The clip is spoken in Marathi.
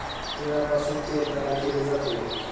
तिळापासून तेल तयार केले जाते